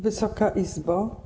Wysoka Izbo!